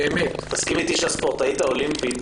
באמת --- תסכים איתי שספורטאית אולימפית